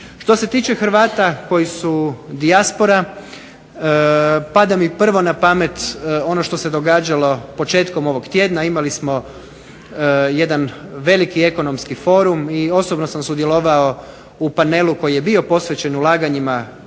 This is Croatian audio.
Što se tiče Hrvata koji su dijaspora, pada mi prvo na pamet ono što se događalo početkom ovog tjedna, imali smo jedan veliki ekonomski forum i osobno sam sudjelovao u panelu koji je bio posvećen ulaganjima Hrvata